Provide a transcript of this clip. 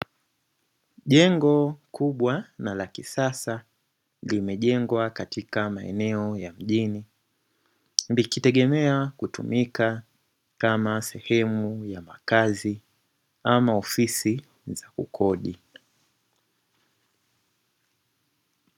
Jengo kubwa na la kisasa limejengwa katika maeneo ya mjini, likitegemea kutumika kama sehemu ya makazi ama ofisi za kukodi.